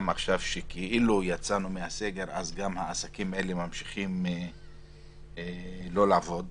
גם עכשיו כשכאילו יצאנו מן הסגר העסקים האלה ממשיכים לא לעבוד.